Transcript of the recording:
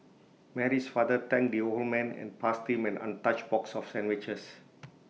Mary's father thanked the old man and passed him an untouched box of sandwiches